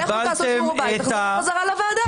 לכו תעשו שיעורי בית ותחזרו חזרה לוועדה.